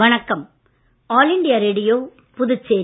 வணக்கம் all India Radio Puducherry